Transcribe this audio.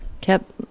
kept